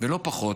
ולא פחות,